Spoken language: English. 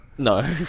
No